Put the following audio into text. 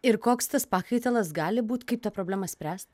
ir koks tas pakaitalas gali būt kaip tą problemą spręst